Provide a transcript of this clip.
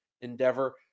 endeavor